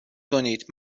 کنید